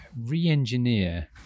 re-engineer